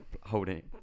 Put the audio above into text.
holding